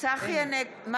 צחי הנגבי,